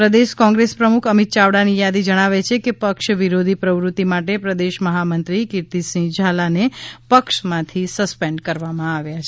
પ્રદેશ કોંગ્રેસ પ્રમુખ અમિત યાવડાની યાદી જણાવે છે કે પક્ષ વિરોધી પ્રવૃતિ માટે પ્રદેશ મહામંત્રી કીર્તિસિંહ ઝાલાને પક્ષમાંથી સસ્પેન્ડ કરવામાં આવ્યા છે